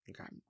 Okay